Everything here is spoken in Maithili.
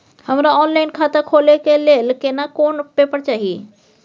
हमरा ऑनलाइन खाता खोले के लेल केना कोन पेपर चाही?